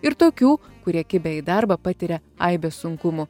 ir tokių kurie kibę į darbą patiria aibę sunkumų